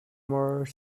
more